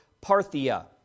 Parthia